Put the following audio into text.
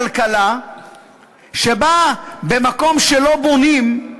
אני עוד לא ראיתי כלכלה שבה במקום שלא בונים,